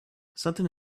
something